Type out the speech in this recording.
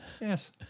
yes